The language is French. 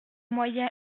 moyens